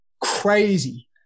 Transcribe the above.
Crazy